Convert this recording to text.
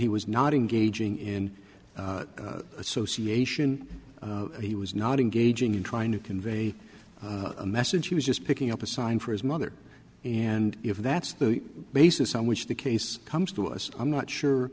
he was not engaging in association he was not engaging in trying to convey a message he was just picking up a sign for his mother and if that's the basis on which the case comes to us i'm not sure